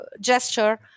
gesture